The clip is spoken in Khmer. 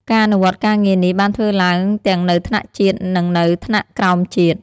ការអនុវត្តការងារនេះបានធ្វើឡើងទាំងនៅថ្នាក់ជាតិ និងនៅថ្នាក់ក្រោមជាតិ។